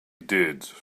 did